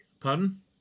Pardon